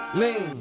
lean